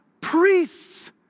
priests